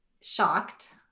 shocked